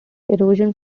erosion